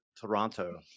Toronto